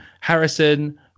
Harrison